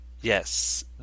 yes